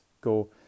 go